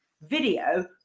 video